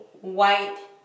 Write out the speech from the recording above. white